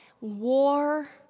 war